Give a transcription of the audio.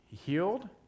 Healed